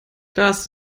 das